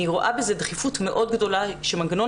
אני רואה בזה דחיפות מאוד גדולה שמנגנון